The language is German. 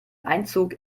einzug